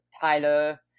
Tyler